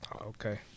Okay